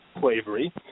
slavery